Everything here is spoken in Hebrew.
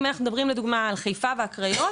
אם אנחנו מדברים על חיפה והקריות,